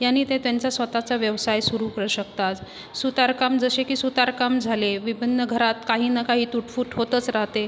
याने ते त्यांचा स्वतःचा व्यवसाय सुरु करू शकतात सुतारकाम जसे की सुतारकाम झाले विभिन्न घरात काही ना काही तुटफूट होतच राहते